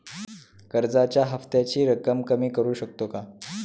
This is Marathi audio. कर्जाच्या हफ्त्याची रक्कम कमी करू शकतो का?